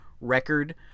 record